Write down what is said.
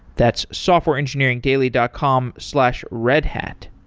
that's softwareengineeringdaily dot com slash redhat.